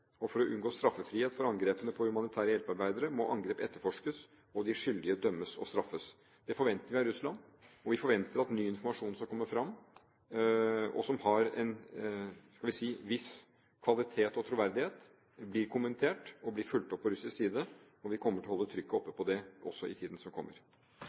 For å unngå straffrihet for angrep på humanitære hjelpearbeidere må angrep etterforskes og de skyldige dømmes og straffes. Det forventer vi av Russland, og vi forventer at ny informasjon skal komme fram, som har en, skal vi si, viss kvalitet og troverdighet, og at det blir kommentert og fulgt opp på russisk side. Vi kommer til å holde trykket oppe på det også i tiden som kommer.